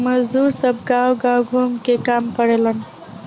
मजदुर सब गांव गाव घूम के काम करेलेन